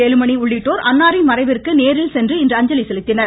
வேலுமணி உள்ளிட்டோர் அன்னாரின் மறைவிற்கு நேரில் சென்று இன்று அஞ்சலி செலுத்தினர்